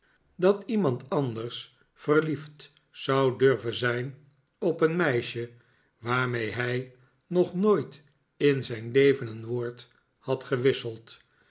dat iemand anders verliefd zou durven zijn op eeh meisje waarmee hij nog nooit in zijn leven een woord had gewisseld